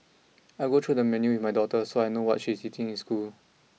I will go through the menu with my daughter so I know what she is eating in school